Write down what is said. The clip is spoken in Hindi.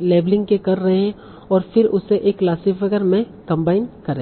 लेबलिंग के कर रहे है और फिर इसे एक क्लासिफायर में कंबाइन करें